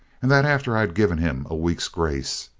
and that after i'd given him a week's grace.